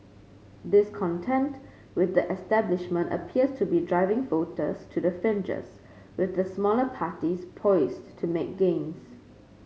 discontent with the establishment appears to be driving voters to the fringes with the smaller parties poised to make gains